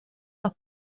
los